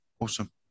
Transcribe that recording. awesome